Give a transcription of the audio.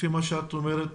לפי מה שאת אומרת,